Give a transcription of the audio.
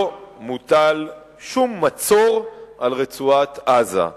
לא מוטל שום מצור על רצועת-עזה.